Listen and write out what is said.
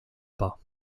pas